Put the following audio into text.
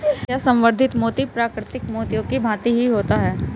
क्या संवर्धित मोती प्राकृतिक मोतियों की भांति ही होता है?